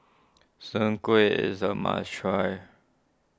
Soon Kuih is a must try